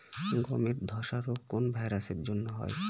গমের ধসা রোগ কোন ভাইরাস এর জন্য হয়?